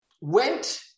went